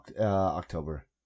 October